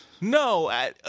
No